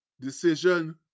decision